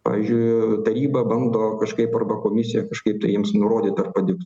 pavyzdžiui taryba bando kažkaip arba komisija kažkaip tai jiems nurodyt ar padiktuot